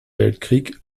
weltkrieg